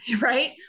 right